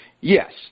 Yes